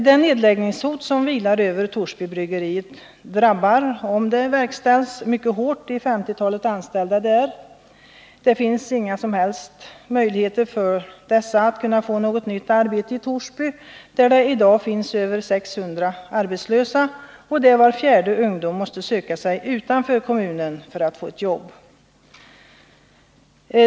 Det nedläggningshot som vilar över Torsbybryggeriet drabbar, om det verkställs, mycket hårt de omkring 50 anställda där. Det finns inga som helst möjligheter för dessa att få något nytt arbete i Torsby, där det i dag är över 600 arbetslösa och där var fjärde ungdom måste söka sig utanför kommunen för att få ett jobb.